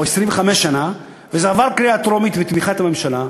או 25 שנה, וזה עבר בקריאה טרומית ובתמיכת הממשלה.